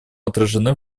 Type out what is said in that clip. отражены